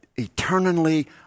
eternally